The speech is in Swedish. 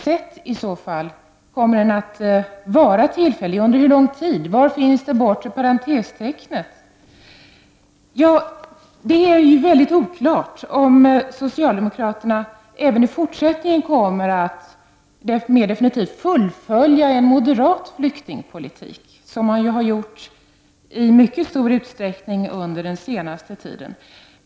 Under hur lång tid skall den gälla? Var finns det bortre parentestecknet? Det är mycket oklart om socialdemokraterna även i fortsättningen kommer att mera definitivt fullfölja en moderat flyktingpolitik, som man i mycket stor utsträckning har fört under den senaste tiden.